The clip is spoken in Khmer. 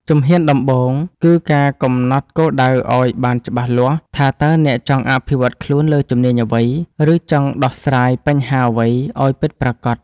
ជំហានដំបូង គឺការកំណត់គោលដៅឱ្យបានច្បាស់លាស់ថា តើអ្នកចង់អភិវឌ្ឍខ្លួនលើជំនាញអ្វី ឬចង់ដោះស្រាយបញ្ហាអ្វីឱ្យពិតប្រាកដ។